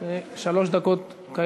אתם